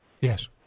Yes